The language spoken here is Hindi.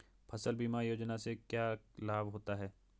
फसल बीमा योजना से क्या लाभ होता है?